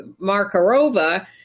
Markarova